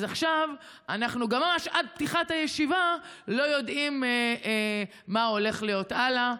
אז עכשיו אנחנו ממש עד פתיחת הישיבה לא יודעים מה הולך להיות הלאה.